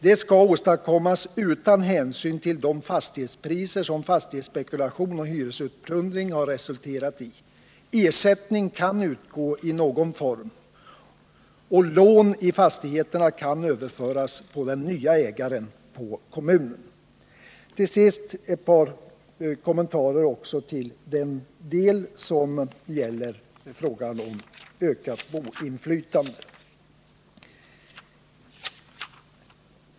Det skall åstadkommas utan hänsyn till de fastighetspriser sorn fastighetsspekulation och hyresplundring har resulterat i. Ersättning kan utgå i någon form, och lån i fastigheterna kan överföras på den nya ägaren, på kommunen. Till sist ett par kommentarer till den del som gäller frågan om ökat boendeinflytande.